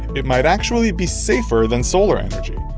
it might actually be safer than solar energy.